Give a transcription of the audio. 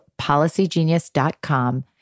policygenius.com